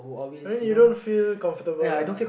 I mean you don't feel comfortable lah